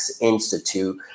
Institute